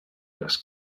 les